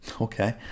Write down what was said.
Okay